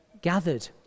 gathered